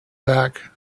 back